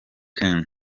kenzo